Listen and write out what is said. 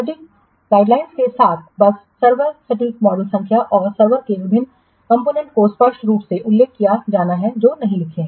सटीक विनिर्देश के साथ बस सर्वर सटीक मॉडल संख्या और सर्वर के विभिन्न घटकों को स्पष्ट रूप से उल्लेख किया जाना है जो नहीं लिखें